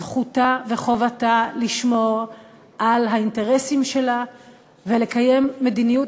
זכותה וחובתה לשמור על האינטרסים שלה ולקיים מדיניות